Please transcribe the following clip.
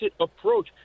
approach